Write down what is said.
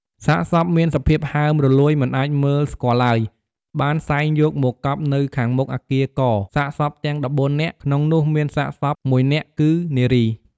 សាកសពមានសភាពហើមរលួយមិនអាចមើលស្គាល់ឡើយ បានសែងយកមកកប់នៅខាងមុខ អគារ "ក" សាកសពទាំង១៤នាក់ ក្នុងនោះមានសាកសព១នាក់គឺនារី។